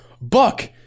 Buck